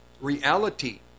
reality